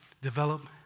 develop